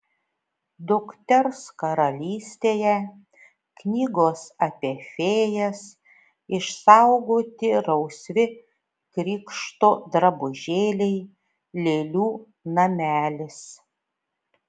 dukters karalystėje knygos apie fėjas išsaugoti rausvi krikšto drabužėliai lėlių namelis